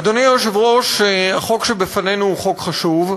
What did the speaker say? אדוני היושב-ראש, החוק שלפנינו הוא חוק חשוב.